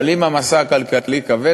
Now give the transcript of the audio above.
אבל אם המשא הכלכלי כבד,